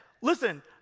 listen